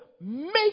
make